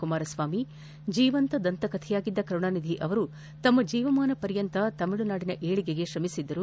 ಕುಮಾರಸ್ವಾಮಿ ಜೀವಂತ ದಂತಕಥೆಯಾಗಿದ್ದ ಕರುಣಾನಿಧಿ ತಮ್ಮ ಜೀವಮಾನ ಪರ್ಯಂತ ತಮಿಳುನಾಡಿನ ಏಳಿಗೆಗೆ ಶ್ರಮಿಸಿದ್ದರು